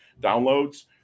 downloads